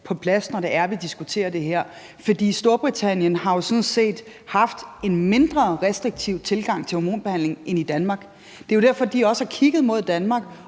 på plads, når det er, vi diskuterer det her. For Storbritannien har jo sådan set haft en mindre restriktiv tilgang til hormonbehandling end Danmark. Det er jo derfor, de også har kigget mod Danmark